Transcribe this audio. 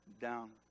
down